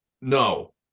no